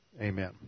Amen